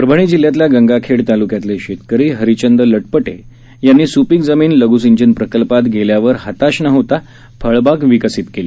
परभणी जिल्ह्यातल्या गंगाखेड तालुक्यातले शेतकरी हरीचंद लटपटे यांनी सुपीक जमीन लघ्सिंचन प्रकल्पात गेल्यावर हताश न होता फळबाग विकसित केली